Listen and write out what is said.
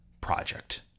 project